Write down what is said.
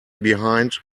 behind